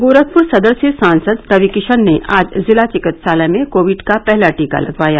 गोरखपुर सदर से सांसद रवि किशन ने आज जिला चिकित्सालय में कोविड का पहला टीका लगवाया